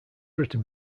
written